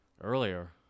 Earlier